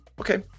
Okay